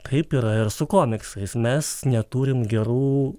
taip yra ir su komiksais mes neturim gerų